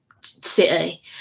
city